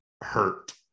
hurt